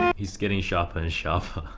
he's getting sharper and sharper.